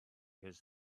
his